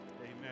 Amen